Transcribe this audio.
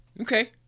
Okay